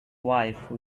wife